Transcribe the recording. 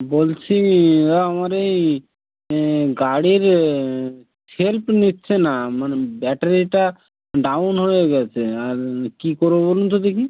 বলছি দাদা আমার এই গাড়ির সেল্ফ নিচ্ছে না মানে ব্যাটারিটা ডাউন হয়ে গেছে আর কী করবো বলুন তো দেখি